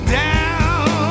down